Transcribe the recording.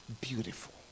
beautiful